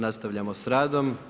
Nastavljamo s radom.